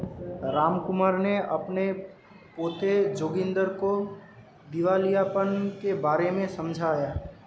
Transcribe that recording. रामकुमार ने अपने पोते जोगिंदर को दिवालियापन के बारे में समझाया